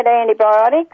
antibiotics